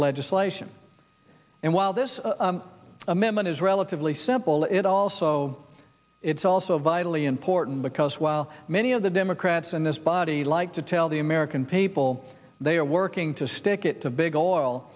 legislation and while this amendment is relatively simple it also it's also vitally important because while many of the democrats in this body like to tell the american people they are working to stick it to big oil